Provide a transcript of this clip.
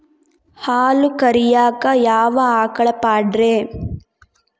ಹಾಲು ಕರಿಯಾಕ ಯಾವ ಆಕಳ ಪಾಡ್ರೇ?